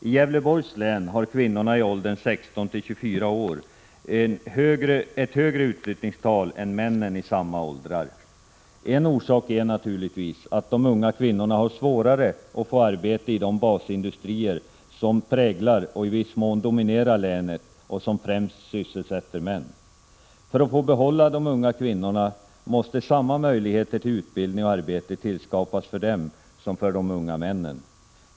I Gävleborgs län är utflyttningen av kvinnor i åldern 16-24 år större än utflyttningen av män i samma ålder. En orsak är naturligtvis att de unga kvinnorna har svårare att få arbete i de basindustrier som präglar och i viss mån dominerar länet och som främst sysselsätter män. För att få behålla de unga kvinnorna måste samma möjligheter till utbildning och arbete tillskapas för dem som för de unga männen.